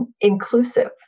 inclusive